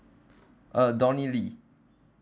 uh donny lee